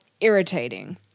irritating